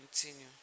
continue